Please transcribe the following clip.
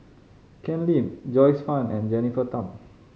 Ken Lim Joyce Fan and Jennifer Tham